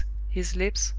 his lips,